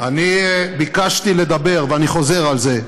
אני ביקשתי לדבר, ואני חוזר על זה,